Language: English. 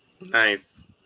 Nice